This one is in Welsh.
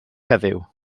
heddiw